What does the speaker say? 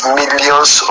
millions